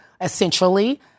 essentially